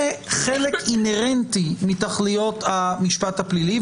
זה חלק אינהרנטי מתכליות המשפט הפלילי,